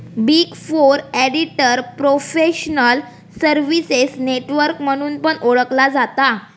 big four auditor professional services network म्हणून पण ओळखला जाता